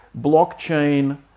blockchain